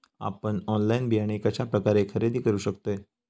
आपन ऑनलाइन बियाणे कश्या प्रकारे खरेदी करू शकतय?